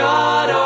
God